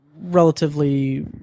relatively